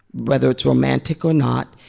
whether it's romantic or not.